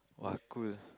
!wah! cool